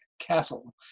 Castle